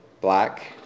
black